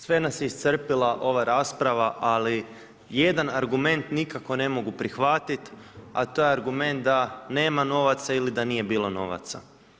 Sve nas je iscrpila ova rasprava, ali jedan argument nikako ne mogu prihvatiti, a to je argument da nema novaca ili da nije bilo novaca.